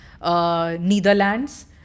Netherlands